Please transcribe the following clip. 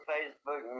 Facebook